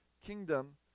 kingdom